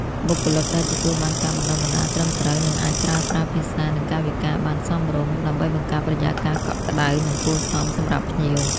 បុគ្គលិកដែលទទួលបានការបណ្តុះបណ្តាលត្រឹមត្រូវ នឹងអាចប្រើប្រាស់ភាសា និងកាយវិការបានសមរម្យ ដើម្បីបង្កើតបរិយាកាសកក់ក្តៅ និងគួរសមសម្រាប់ភ្ញៀវ។